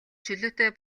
чөлөөтэй